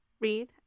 read